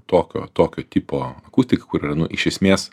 tokio tokio tipo akustika kur yra nu iš esmės